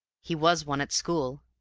he was one at school,